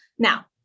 Now